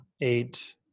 eight